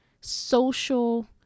social